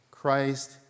Christ